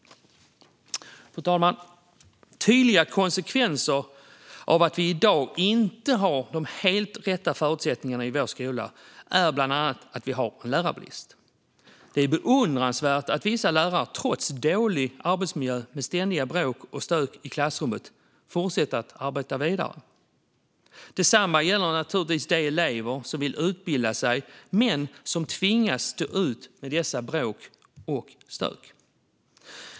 Fru talman! Tydliga konsekvenser av att vi i dag inte har de helt rätta förutsättningarna i vår skola är bland annat att vi har en lärarbrist. Det är beundransvärt att vissa lärare trots dålig arbetsmiljö med ständiga bråk och stök i klassrummet fortsätter att arbeta vidare. Detsamma gäller naturligtvis de elever som vill utbilda sig men som tvingas stå ut med bråk och stök.